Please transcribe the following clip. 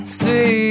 see